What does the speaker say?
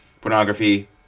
Pornography